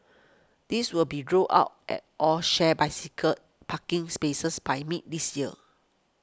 these will be rolled out at all shared bicycle parking spaces by mid this year